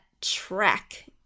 track